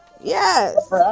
yes